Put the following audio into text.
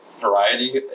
variety